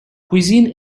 cuisine